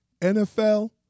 NFL